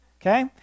okay